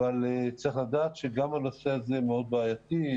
אבל צריך לדעת שגם הנושא הזה מאוד בעייתי.